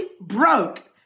broke